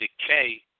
decay